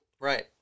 Right